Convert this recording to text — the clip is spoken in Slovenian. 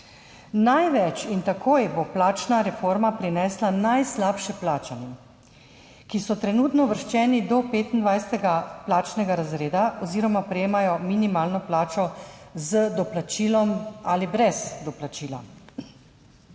Največ in takoj bo plačna reforma prinesla najslabše plačanim, ki so trenutno uvrščeni do 25. plačnega razreda oziroma prejemajo minimalno plačo z doplačilom ali brez doplačila.